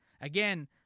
again